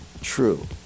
True